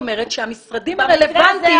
במקרה הזה,